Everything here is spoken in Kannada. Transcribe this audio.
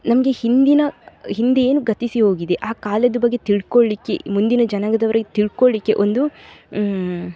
ನಮಗೆ ಹಿಂದಿನ ಹಿಂದೆ ಏನು ಗತಿಸಿ ಹೋಗಿದೆ ಆ ಕಾಲದ ಬಗ್ಗೆ ತಿಳ್ಕೊಳ್ಳಿಕ್ಕೆ ಮುಂದಿನ ಜನಾಂಗದವ್ರಿಗೆ ತಿಳ್ಕೊಳ್ಳಿಕ್ಕೆ ಒಂದು